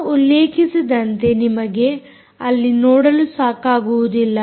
ನಾವು ಉಲ್ಲೇಖಿಸಿದಂತೆ ನಿಮಗೆ ಇಲ್ಲಿ ನೋಡಲು ಸಾಕಾಗುವುದಿಲ್ಲ